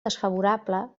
desfavorable